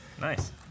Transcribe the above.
Nice